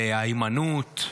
על היימנוט,